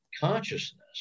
consciousness